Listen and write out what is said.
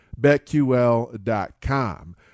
BetQL.com